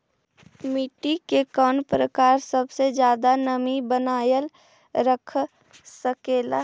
मिट्टी के कौन प्रकार सबसे जादा नमी बनाएल रख सकेला?